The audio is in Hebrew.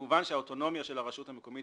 כמובן שהאוטונומיה של הרשות המקומית